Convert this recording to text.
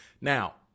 now